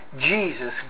Jesus